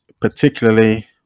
particularly